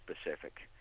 specific